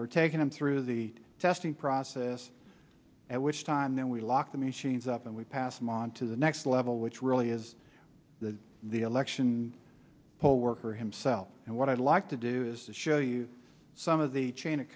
we're taking them through the testing process at which time then we lock the machines up and we pass them on to the next level which really is the the election poll worker himself and what i'd like to do is to show you some of the chain of